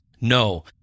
No